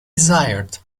desired